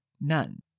none